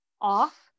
off